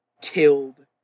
killed